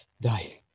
Die